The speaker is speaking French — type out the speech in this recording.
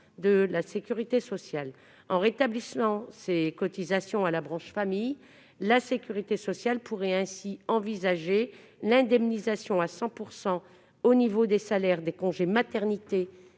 de la sécurité sociale. En rétablissant ces cotisations à la branche famille, la sécurité sociale pourrait ainsi envisager l'indemnisation à 100 % au niveau des salaires des congés de maternité